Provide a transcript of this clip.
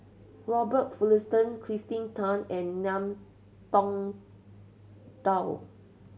Robert Fullerton Kirsten Tan and Ngiam Tong Dow